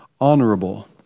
honorable